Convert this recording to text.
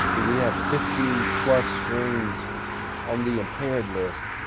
we have fifty plus streams on the impaired list.